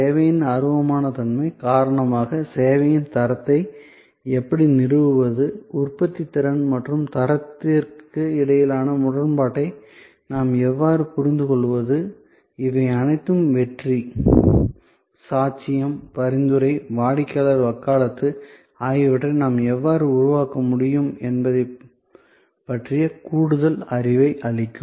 சேவையின் அருவமான தன்மை காரணமாக சேவையின் தரத்தை எப்படி நிறுவுவது உற்பத்தித்திறன் மற்றும் தரத்திற்கு இடையிலான முரண்பாட்டை நாம் எவ்வாறு புரிந்துகொள்வது இவை அனைத்தும் வெற்றி சாட்சியம் பரிந்துரை வாடிக்கையாளர் வக்காலத்து ஆகியவற்றை நாம் எவ்வாறு உருவாக்க முடியும் என்பதைப் பற்றிய கூடுதல் அறிவை அளிக்கும்